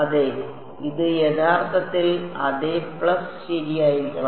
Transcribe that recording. അതെ ഇത് യഥാർത്ഥത്തിൽ അതെ പ്ലസ് ശരിയായിരിക്കണം